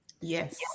yes